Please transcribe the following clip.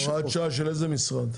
הוראת שעה של איזה משרד?